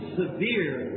severe